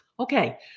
Okay